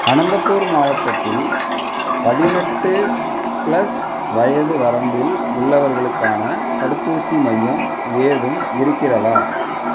அனந்தபூர் மாவட்டத்தில் பதினெட்டு பிளஸ் வயது வரம்பில் உள்ளவர்களுக்கான தடுப்பூசி மையம் ஏதும் இருக்கிறதா